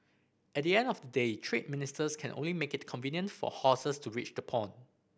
at the end of the day trade ministers can only make it convenient for horses to reach the pond